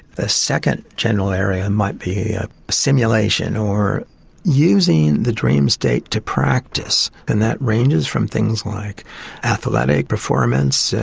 the second general area might be ah simulation or using the dream state to practice, and that ranges from things like athletic performance,